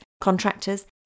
contractors